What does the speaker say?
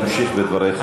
תמשיך בדבריך.